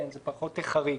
כן, זה פחות חריג